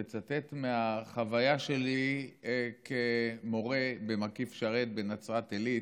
לצטט מהחוויה שלי כמורה במקיף שרת בנצרת עילית,